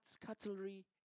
cutlery